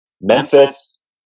Memphis